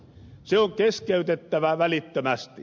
se on keskeytettävä välittömästi